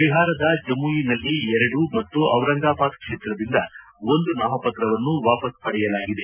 ಬಿಹಾರದ ಜಮುಯಿನಲ್ಲಿ ಎರಡು ಮತ್ತು ಔರಾಂಗಬಾದ್ ಕ್ಷೇತ್ರದಿಂದ ಒಂದು ನಾಮಪತ್ರವನ್ನು ವಾಪಸ್ ಪಡೆಯಲಾಗಿದೆ